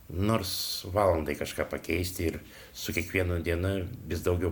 nors valandai kažką pakeisti ir su kiekviena diena vis daugiau